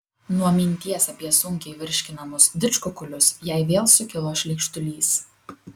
nuo minties apie sunkiai virškinamus didžkukulius jai vėl sukilo šleikštulys